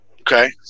Okay